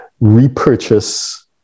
repurchase